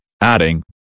Adding